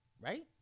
right